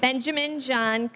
benjamin john